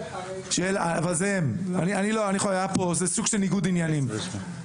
זה סוג של ניגוד עניינים.